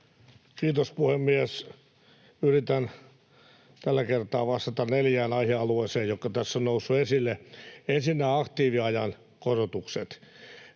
Kiitos, puhemies! Yritän tällä kertaa vastata neljään aihealueeseen, jotka tässä ovat nousseet esille. Ensin nämä aktiiviajan korotukset.